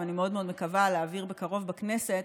ושאני מאוד מאוד מקווה להעביר בקרוב בכנסת,